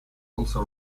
also